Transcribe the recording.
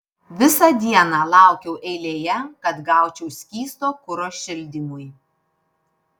visą dieną laukiau eilėje kad gaučiau skysto kuro šildymui